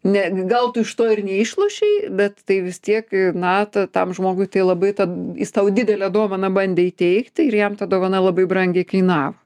ne gal tu iš to ir neišlošei bet tai vis tiek na ta tam žmogui tai labai tad jis tau didelę dovaną bandė įteigti ir jam ta dovana labai brangiai kainavo